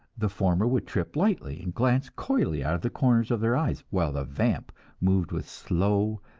the former would trip lightly, and glance coyly out of the corners of her eyes, while the vamp moved with slow,